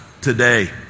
today